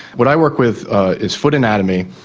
what i work with is foot anatomy,